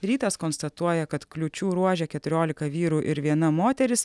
rytas konstatuoja kad kliūčių ruože keturiolika vyrų ir viena moteris